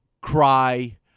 cry